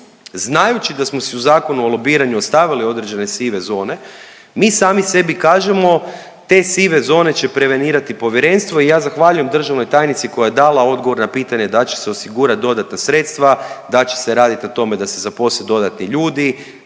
znajući da smo si u Zakonu o lobiranju ostavili određene sive zone, mi sami sebi kažemo te sive zone će prevenirati povjerenstvo i ja zahvaljujem državnoj tajnici koja je dala odgovor na pitanje da će se osigurat dodatna sredstva, da će se radit na tome da se zaposle dodatni ljudi,